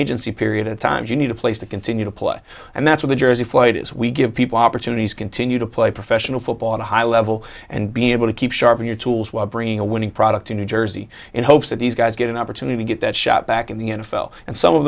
agency period at times you need a place to continue to play and that's what the jersey flight is we give people opportunities continue to play professional football at a high level and be able to keep sharpen your tools while bringing a winning product to new jersey in hopes that these guys get an opportunity to get that shot back in the n f l and some of